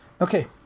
Okay